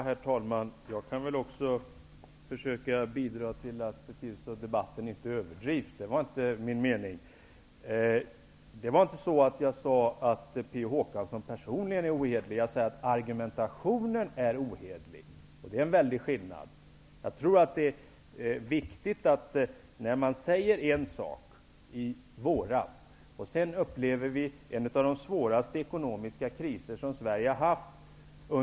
Herr talman! Också jag skall försöka bidra till att debatten inte överdrivs. Det var inte min mening. Jag sade inte att Per Olof Håkansson personligen är ohederlig. Jag sade att argumentationen är ohederlig. Det är en stor skillnad. Jag tror att det är viktigt att påpeka att Socialdemokraterna sade en sak i våras. Sedan upplevde vi under hösten en av de svåraste ekonomiska kriser som Sverige har haft.